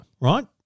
right